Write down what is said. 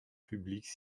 publique